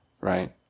Right